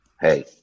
hey